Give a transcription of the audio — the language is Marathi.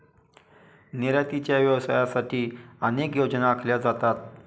निर्यातीच्या व्यवसायासाठी अनेक योजना आखल्या जातात